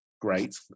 great